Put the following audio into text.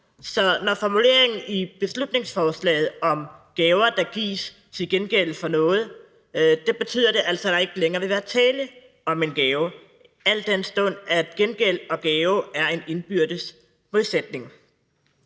Så når formuleringen i beslutningsforslaget er om gaver, der gives til gengæld for noget, så betyder det, at der altså ikke længere vil være tale om en gave, al den stund at gengæld og gave er en indbyrdes modsætning.